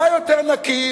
מה יותר נקי,